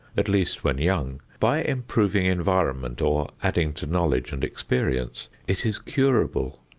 at least when young, by improving environment or adding to knowledge and experience, it is curable.